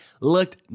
looked